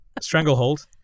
Stranglehold